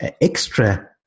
extra